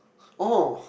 oh